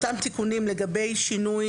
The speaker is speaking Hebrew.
התיקונים לגבי שינוי